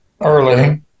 early